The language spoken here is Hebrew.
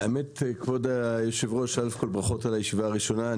כבוד היושב-ראש, א', ברכות על הישיבה הראשונה.